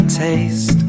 taste